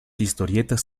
historietas